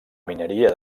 mineria